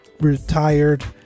retired